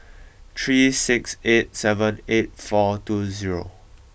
three six eight seven eight four two zero